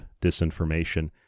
disinformation